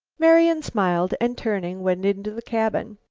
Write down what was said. marian smiled, and turning went into the cabin.